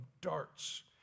darts